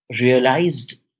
realized